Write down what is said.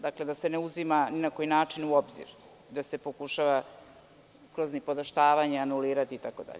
Dakle, da se ne uzima ni na koji način u obzir, da se pokušava kroz nipodaštavanja anulirati itd.